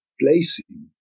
placing